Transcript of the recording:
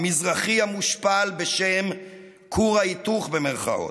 המזרחי המושפל בשם "כור ההיתוך", במירכאות,